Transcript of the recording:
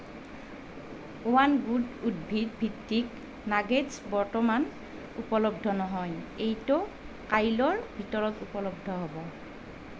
one Good উদ্ভিদভিত্তিক nuggets বৰ্তমান উপলব্ধ নহয় এইটো কাইলৈৰ ভিতৰত ঊপলব্ধ হ'ব